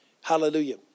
Hallelujah